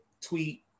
Tweet